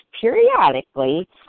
periodically